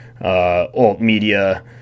alt-media